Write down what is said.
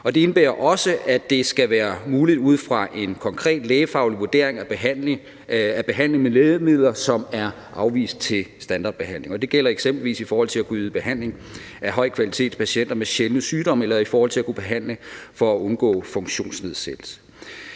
det indebærer også, at det skal være muligt ud fra en konkret lægefaglig vurdering at behandle med lægemidler, som er afvist til standardbehandling. Det gælder eksempelvis i forhold til at kunne yde behandling af høj kvalitet til patienter med sjældne sygdomme eller i forhold til at kunne behandle for at undgå funktionsnedsættelse.